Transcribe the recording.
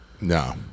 No